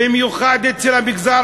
במיוחד במגזר,